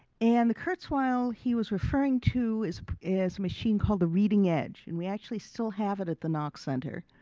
and the kurzweil he was referring to is, is a machine called the reading edge and we actually still have it at the knox center.